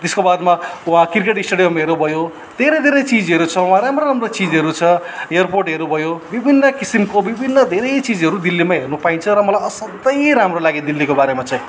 त्यसको बादमा वा क्रिकेट स्टेडियमहरू भयो धेरै धेरै चिजहरू छ वहाँ राम्रो राम्रो चिजहरू छ एयरपोर्टहरू भयो विभिन्न किसिमको विभिन्न धेरै चिजहरू दिल्लीमा हेर्नु पाइन्छ र मलाई असाध्यै राम्रो लाग्यो दिल्लीको बारेमा चाहिँ